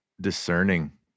discerning